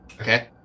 Okay